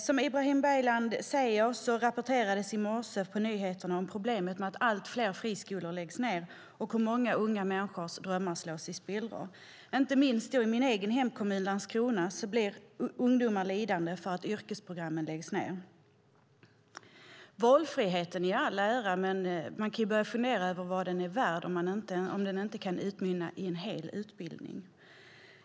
Som Ibrahim Baylan säger rapporterades det i morse i nyheterna om problemet med att allt fler friskolor läggs ned och hur många unga människors drömmar slås i spillror. Inte minst i min egen hemkommun Landskrona blir ungdomar lidande för att yrkesprogrammen läggs ned. Valfrihet i all ära, men man kan börja fundera över vad den är värd om den inte kan utmynna i en hel utbildning.